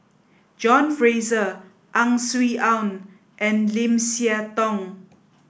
John Fraser Ang Swee Aun and Lim Siah Tong